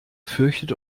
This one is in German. fürchtet